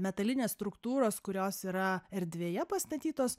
metalinės struktūros kurios yra erdvėje pastatytos